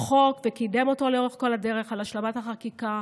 בחוק וקידם אותו לאורך כל הדרך עד השלמת החקיקה,